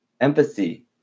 Empathy